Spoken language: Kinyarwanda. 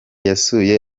yasuye